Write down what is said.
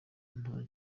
nta